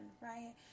right